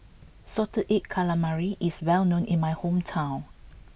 Salted Egg Calamari is well known in my hometown